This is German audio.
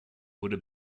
wurde